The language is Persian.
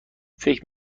فکر